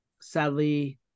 sadly